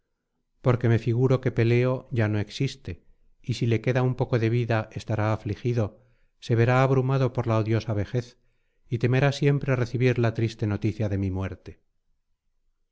porque me figuro que peleo ya no existe y si le queda un poco de vida estará afligido se verá abrumado por la odiosa vejez y temerá siempre recibir la triste noticia de mi muerte